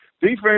Defense